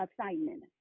assignment